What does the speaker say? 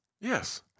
Yes